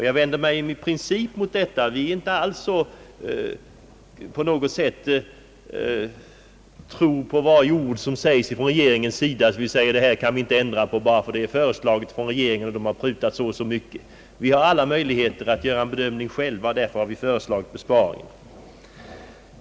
Jag vänder mig i princip mot tron att varje ord från regeringens sida är det riktiga och att vi inte kan ändra på någonting som regeringen har föreslagit. Vi har alla möjligheter att själva göra en bedömning. Därför har vi föreslagit en besparing.